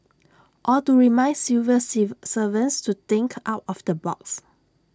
or to remind civil servants to think out of the box